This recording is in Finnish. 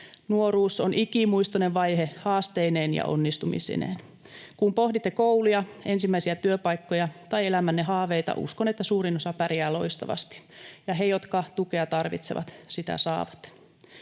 Nuoruus on ikimuistoinen vaihe haasteineen ja onnistumisineen. Kun pohditte kouluja, ensimmäisiä työpaikkoja tai elämänne haaveita, uskon, että suurin osa pärjää loistavasti, ja he, jotka tukea tarvitsevat, sitä saavat.